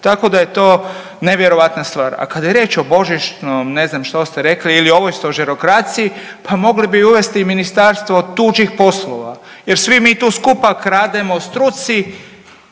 Tako da je to nevjerojatna stvar. A kad je riječ o božičnom ne znam što ste rekli ili ovoj stožerokraciji pa mogli bi uvesti i ministarstvo tuđih poslova jer svi mi tu skupa krademo struci